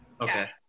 Okay